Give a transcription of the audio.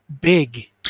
big